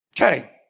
Okay